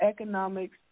economics